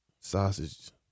Sausage